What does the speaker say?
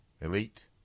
elite